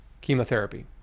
chemotherapy